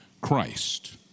Christ